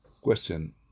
Question